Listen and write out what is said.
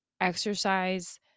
exercise